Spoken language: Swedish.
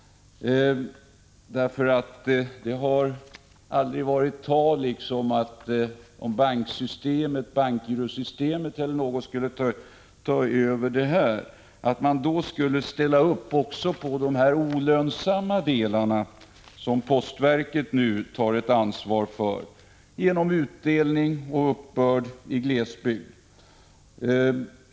Det har ju aldrig varit tal om att de bakom bankgirosystemet eller andra som skulle ta över också skulle ställa upp vad gäller de olönsamma delarna, som postverket tar ett ansvar för genom utdelning och uppbörd i glesbygd.